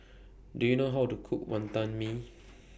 Do YOU know How to Cook Wantan Mee